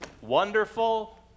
wonderful